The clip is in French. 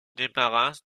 débarrasse